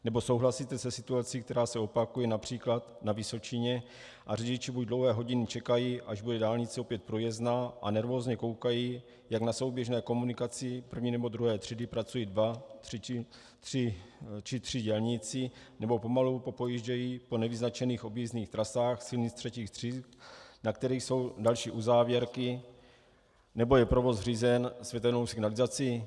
Nebo souhlasíte se situací, která se opakuje například na Vysočině, a řidiči buď dlouhé hodiny čekají, až bude dálnice opět průjezdná, a nervózně koukají, jak na souběžné komunikaci první nebo druhé třídy pracují dva tři dělníci, nebo pomalu popojíždějí po nevyznačených objízdných trasách silnic třetích tříd, na kterých jsou další uzávěrky, nebo je provoz řízen světelnou signalizací?